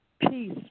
Peace